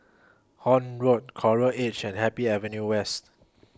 Horne Road Coral Edge and Happy Avenue West